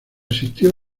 existió